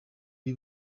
b’i